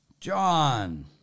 John